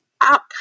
up